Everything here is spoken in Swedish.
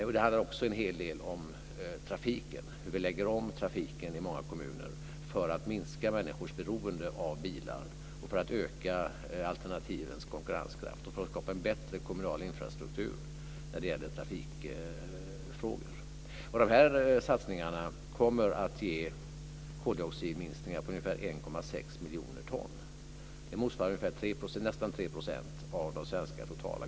Men besked ska lämnas till EU redan i februari. Hur kommer regeringen att ställa sig då? Ser man upphandling som främst ett konkurrensverktyg, eller kommer man att se till att det också används för att nå andra samhällspolitiska mål? Kommer en kommun att kunna köpa in miljömärkt el i stället för annan el?